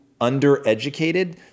undereducated